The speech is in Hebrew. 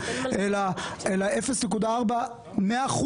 אלא על 0.4 מ-1%.